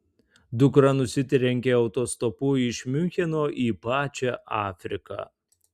dukra nusitrenkė autostopu iš miuncheno į pačią afriką